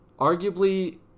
Arguably